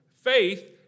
Faith